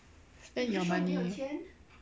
spend your money